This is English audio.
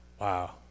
wow